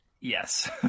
Yes